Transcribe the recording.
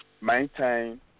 maintain